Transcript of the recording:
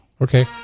Okay